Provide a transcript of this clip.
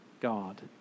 God